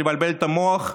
לבלבל את המוח,